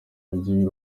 mujyi